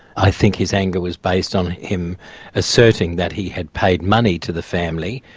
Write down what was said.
i think his anger was based on him asserting that he had paid money to the family,